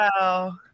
wow